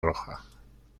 roja